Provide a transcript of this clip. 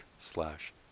slash